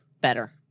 Better